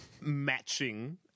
matching